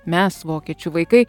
mes vokiečių vaikai